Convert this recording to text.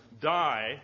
die